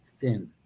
thin